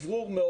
אוורור מאוד